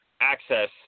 access